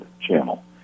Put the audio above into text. channel